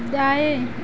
दाएँ